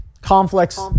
conflicts